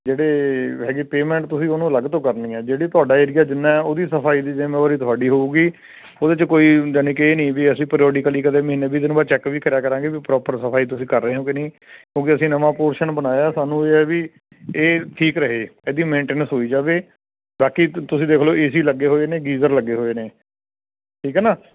ਜਿਹੜੇ ਹੈਗੇ ਪੇਮੈਂਟ ਤੁਸੀਂ ਉਹਨੂੰ ਅਲੱਗ ਤੋਂ ਕਰਨੀ ਹੈ ਜਿਹੜੀ ਤੁਹਾਡਾ ਏਰੀਆ ਜਿੰਨਾ ਉਹਦੀ ਸਫਈ ਦੀ ਜਿੰਮੇਵਾਰੀ ਤੁਹਾਡੀ ਹੋਏਗੀ ਉਹਦੇ 'ਚ ਕੋਈ ਜਾਣੀ ਕਿ ਇਹ ਨਹੀਂ ਵੀ ਅਸੀਂ ਪ੍ਰੋਡੀਕਲੀ ਕਦੇ ਮਹੀਨੇ ਵੀਹ ਦਿਨ ਬਾਅਦ ਚੈੱਕ ਵੀ ਕਰਿਆ ਕਰਾਂਗੇ ਵੀ ਪ੍ਰੋਪਰ ਸਫਾਈ ਤੁਸੀਂ ਕਰ ਰਹੇ ਹੋ ਕਿ ਨਹੀਂ ਕਿਉਂਕਿ ਅਸੀਂ ਨਵਾਂ ਪੋਰਸ਼ਨ ਬਣਾਇਆ ਸਾਨੂੰ ਇਹ ਹੈ ਵੀ ਇਹ ਠੀਕ ਰਹੇ ਇਹਦੀ ਮੇਟਨੈਂਸ ਹੋਈ ਜਾਵੇ ਬਾਕੀ ਤੁਸੀਂ ਦੇਖ ਲਓ ਏਸੀ ਲੱਗੇ ਹੋਏ ਨੇ ਗੀਜ਼ਰ ਲੱਗੇ ਹੋਏ ਨੇ ਠੀਕ ਆ ਨਾ